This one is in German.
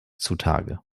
zutage